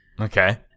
okay